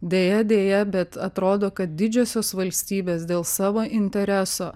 deja deja bet atrodo kad didžiosios valstybės dėl savo intereso